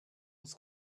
was